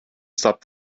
stop